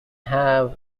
have